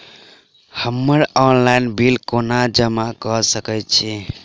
हम्मर online bill कोना जमा कऽ सकय छी?